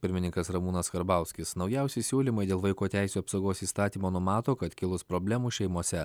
pirmininkas ramūnas karbauskis naujausi siūlymai dėl vaiko teisių apsaugos įstatymo numato kad kilus problemų šeimose